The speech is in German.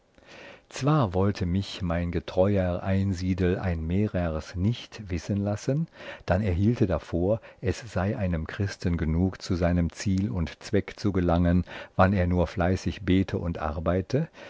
zwar wollte mich mein getreuer einsiedel ein mehrers nicht wissen lassen dann er hielte darvor es sei einem christen genug zu seinem ziel und zweck zu gelangen wann er nur fleißig bete und arbeite